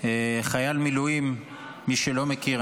למי שלא מכיר,